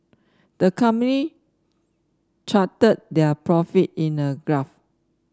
the company charted their profit in a graph